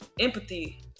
empathy